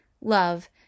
love